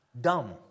dumb